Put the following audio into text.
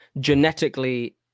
genetically